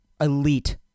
elite